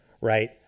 right